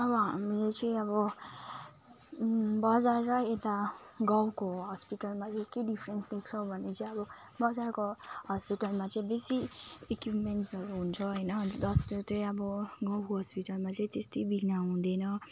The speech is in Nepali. अब हामी चाहिँ अब बजार र यता गाउँको हस्पिटलमा चाहिँ के डिफ्रेन्स देख्छौँ भने चाहिँ अब बजारको हस्पिटलमा चाहिँ बेसी इक्युपमेन्ट्सहरू हुन्छ होइन जस्तै त्यही अब त्यो अब गाउँको हस्पिटलमा त्यति बिघ्न हुँदैन